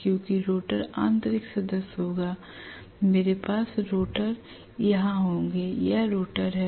क्योंकि रोटर आंतरिक सदस्य होगा मेरे पास रोटर यहां होंगे यह रोटर है